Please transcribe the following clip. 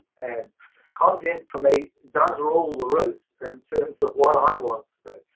and content for me does rule the roost in terms of what i want to do,